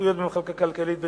סמכויות במחלקה הכלכלית בתל-אביב.